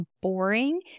boring